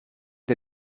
der